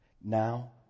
now